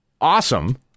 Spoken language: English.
awesome